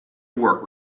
work